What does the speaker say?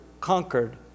conquered